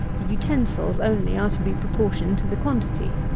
the utensils only are to be proportioned to the quantity.